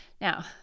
Now